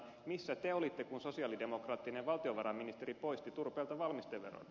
missä te olitte kun sosialidemokraattinen valtiovarainministeri poisti turpeelta valmisteveron